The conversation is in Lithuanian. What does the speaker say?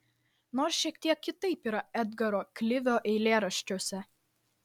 nors šiek tiek kitaip yra edgaro klivio eilėraščiuose